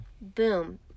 Boom